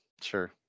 Sure